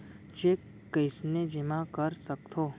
Cheque कईसने जेमा कर सकथो?